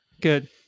Good